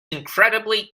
incredibly